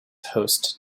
host